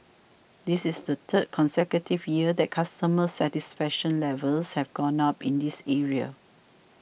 this is the third consecutive year that customer satisfaction levels have gone up in this area